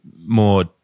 more